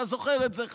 אתה זוכר את זה,